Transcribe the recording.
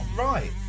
Right